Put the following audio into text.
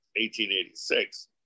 1886